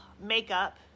makeup